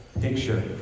picture